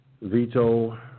veto